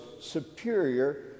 superior